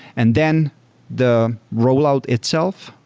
and then the rollout itself,